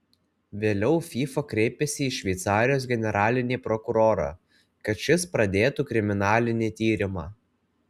vėliau fifa kreipėsi į šveicarijos generalinį prokurorą kad šis pradėtų kriminalinį tyrimą